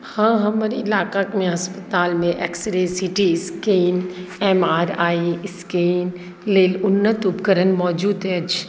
हँ हमर इलाकामे अस्पतालमे x ray C T scan M R I scan लेल उन्नत उपकरण मौजूद अछि